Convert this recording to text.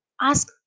Ask